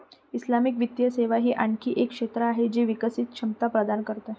Islamic वित्तीय सेवा ही आणखी एक क्षेत्र आहे जी विकासची क्षमता प्रदान करते